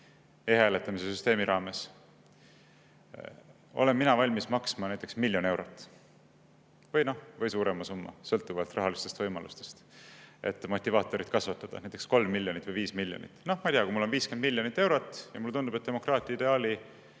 e-hääletamise süsteemi abil, olen mina valmis maksma näiteks miljon eurot – või suurema summa sõltuvalt rahalistest võimalustest, et motivaatorit kasvatada, näiteks kolm miljonit või viis miljonit. Noh, ma ei tea, kui mul on 50 miljonit eurot ja mulle tundub, et demokraatiaideaali